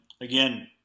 again